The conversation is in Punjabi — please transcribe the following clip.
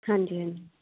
ਹਾਂਜੀ ਹਾਂਜੀ